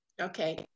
Okay